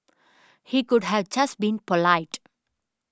he could have just been polite